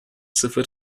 sıfır